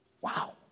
wow